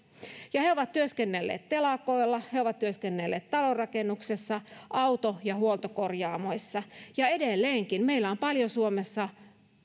he ovat työskennelleet telakoilla he ovat työskennelleet talonrakennuksessa auto ja huoltokorjaamoissa ja edelleenkin meillä on paljon suomessa